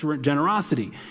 generosity